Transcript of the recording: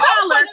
color